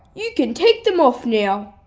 you can take them off now